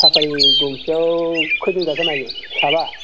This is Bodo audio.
साफारि गंसेयाव खयजन गाखोनो हायो साबा